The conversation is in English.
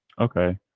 Okay